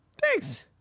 thanks